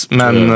Men